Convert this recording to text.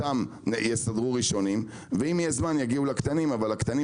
אותם יסדרו ראשונים ואם יהיה זמן אז יגיעו לקטנים אבל הקטנים